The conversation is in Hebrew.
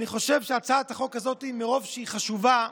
אני חושב שהצעת החוק הזאת, מרוב שהיא חשובה,